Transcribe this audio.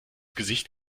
gesicht